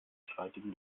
streitigen